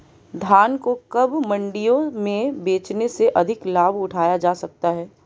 धान को कब मंडियों में बेचने से अधिक लाभ उठाया जा सकता है?